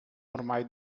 ormai